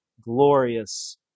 glorious